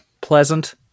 pleasant